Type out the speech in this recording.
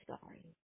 sorry